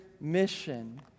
mission